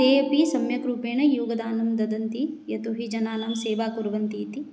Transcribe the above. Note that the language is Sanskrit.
तेपि सम्यग्रूपेण योगदानं ददति यतो हि जनानां सेवां कुर्वन्तीति